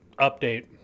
update